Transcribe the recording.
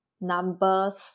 numbers